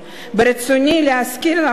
ברצוני להזכיר לכם,